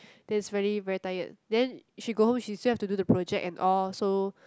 then it's really very tired then she go home she still have to do the project and all so